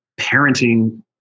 parenting